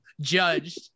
judged